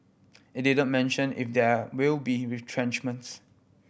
it didn't mention if there will be retrenchments